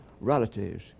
relatives